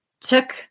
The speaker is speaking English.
took